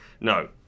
No